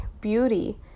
beauty